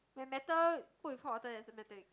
but metal put with hot water has a metal effect